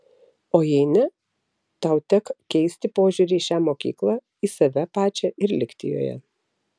o jei ne tau tek keisti požiūrį į šią mokyklą į save pačią ir likti joje